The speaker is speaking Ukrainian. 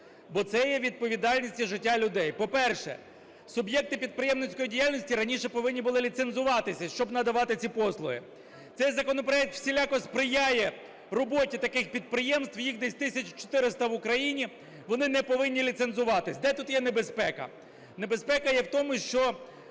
бо це є відповідальність за життя людей. По-перше, суб'єкти підприємницької діяльності раніше повинні були ліцензуватися, щоб надавати ці послуги. Цей законопроект всіляко сприяє роботі таких підприємств, їх десь 1 тисяча 400 в Україні, вони не повинні ліцензуватися. Де тут є небезпека? Небезпека є в тому, що